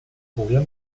julián